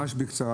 ממש בקצרה.